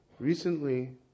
Recently